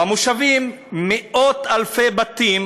במושבים מאות-אלפי בתים